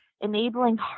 enabling